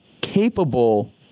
capable